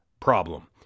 Problem